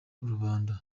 rubanda